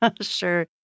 Sure